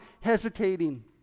hesitating